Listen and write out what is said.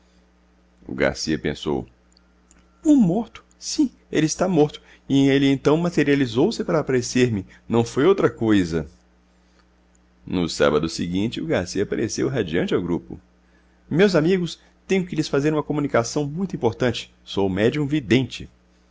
o garcia pensou um morto sim ele está morto e ele então materializou se para aparecer me não foi outra coisa no sábado seguinte o garcia apareceu radiante ao grupo meus amigos tenho que lhes fazer uma comunicação muito importante sou médium vidente